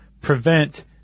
prevent